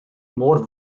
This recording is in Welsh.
mor